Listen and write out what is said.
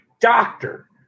doctor